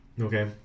Okay